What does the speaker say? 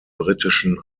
britischen